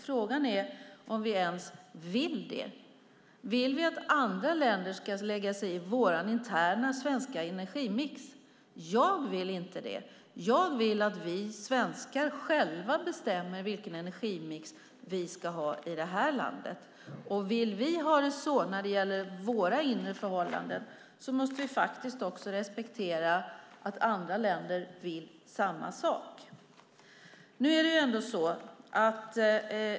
Frågan är om vi ens vill det. Vill vi att andra länder ska lägga sig i vår interna svenska energimix? Jag vill inte det. Jag vill att vi svenskar själva bestämmer vilken energimix vi ska ha i det här landet. Vill vi ha det så när det gäller våra inre förhållanden måste vi också respektera att andra länder vill samma sak.